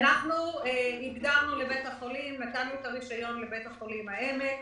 נתנו את הרישיון לבית החולים העמק,